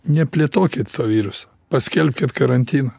neplėtokit to viruso paskelbkit karantiną